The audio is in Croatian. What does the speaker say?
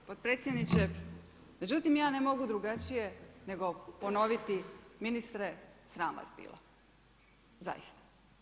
Podpredsjedniče, međutim, ja ne mogu drugačije, nego ponoviti, ministre sram vas bilo, zaista.